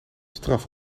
straf